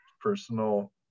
personal